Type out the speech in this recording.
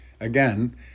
Again